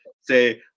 say